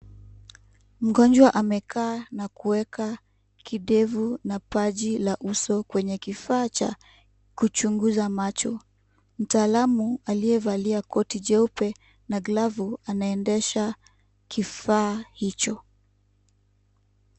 Mgonjwa amekaa na kuweka kidevu na paji la uso kwenye kifaa cha kuchunguza macho. Mtaalamu aliyevalia koti jeupe na glavu, anaendesha kifaa hicho.